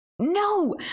No